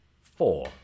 Four